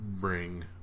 bring